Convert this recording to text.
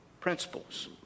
principles